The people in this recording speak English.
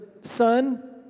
son